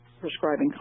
prescribing